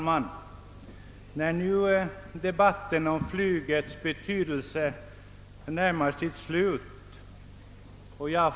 Herr talman! Debatten om flygets betydelse närmar sig sitt slut.